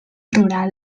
rural